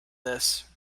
this